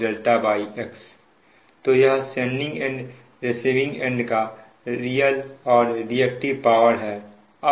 cos x तो यह sending end receiving end का रियल और रिएक्टिव पावर reactive power है